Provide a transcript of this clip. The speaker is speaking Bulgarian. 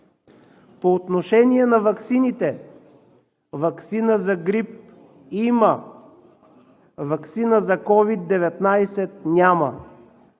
По отношение на ваксините. Ваксина за грип има. Ваксина за COVID-19 няма.